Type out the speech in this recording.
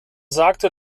sagte